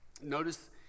notice